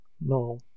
no